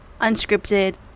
unscripted